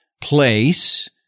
place